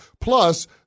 plus